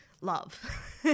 love